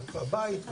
הבית,